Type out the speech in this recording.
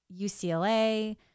UCLA